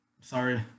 Sorry